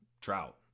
trout